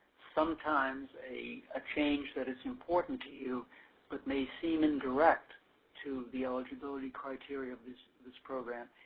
sometimes, a ah change that is important to you but may seem indirect to the eligibility criteria of this this program.